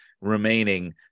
remaining